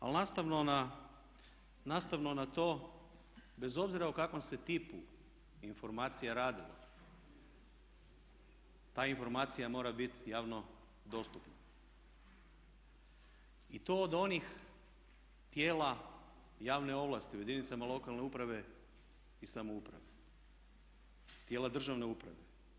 Ali nastavno na to, bez obzira o kakvom se tipu informacija radilo, ta informacija mora biti javno dostupna i to od onih tijela javne ovlasti, u jedinicama lokalne uprave i samouprave, tijela državne uprave.